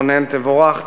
רונן, תבורך.